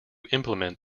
implement